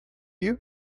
you